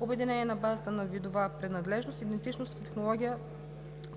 обединени на базата на видова принадлежност, идентичност в